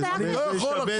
אני לא יכול עכשיו.